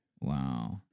Wow